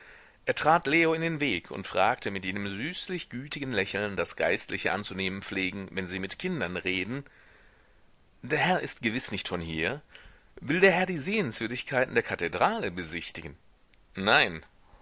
er trat leo in den weg und fragte mit jenem süßlich gütigen lächeln das geistliche anzunehmen pflegen wenn sie mit kindern reden der herr ist gewiß nicht von hier will der herr die sehenswürdigkeiten der kathedrale besichtigen nein